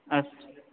अस्तु